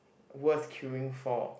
worth queuing for